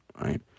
right